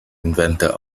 inventor